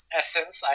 essence